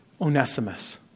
Onesimus